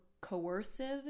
coercive